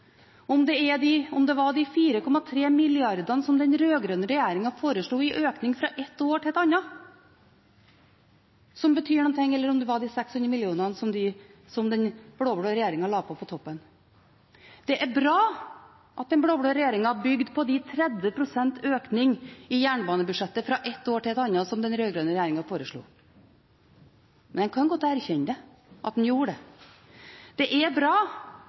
om det var de 4,3 mrd. kr som den rød-grønne regjeringen foreslo i økning fra ett år til et annet, som betyr noe, eller om det var de 600 mill. kr som den blå-blå regjeringen la på på toppen. Det er bra at den blå-blå regjeringen har bygd på den 30 pst. økningen i jernbanebudsjettet fra ett år til et annet som den rød-grønne regjeringen foreslo. Men en kan godt erkjenne at en gjorde det. Det er bra